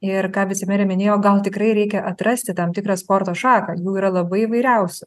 ir ką vicemerė minėjo gal tikrai reikia atrasti tam tikrą sporto šaką jų yra labai įvairiausių